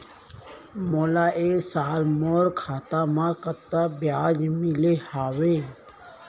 मोला ए साल मोर खाता म कतका ब्याज मिले हवये?